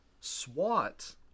SWAT